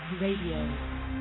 Radio